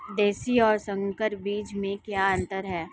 देशी और संकर बीज में क्या अंतर है?